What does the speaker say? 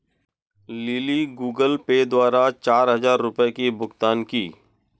lily Google Pay द्वारा चार हजार रुपए की भुगतान की